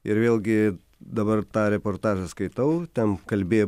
ir vėlgi dabar tą reportažą skaitau ten kalbėjo